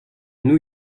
new